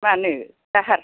मानो दाहार